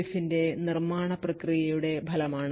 എഫിന്റെ നിർമ്മാണ പ്രക്രിയയുടെ ഫലമാണ്